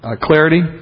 clarity